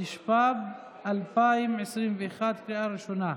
התשפ"ב 2021, לקריאה ראשונה.